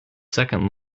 second